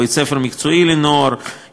בית-ספר מקצועי לנוער,